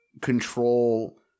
control